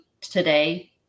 today